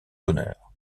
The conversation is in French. d’honneur